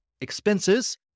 expenses